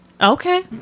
Okay